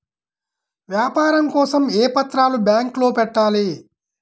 వ్యాపారం కోసం ఏ పత్రాలు బ్యాంక్లో పెట్టాలి?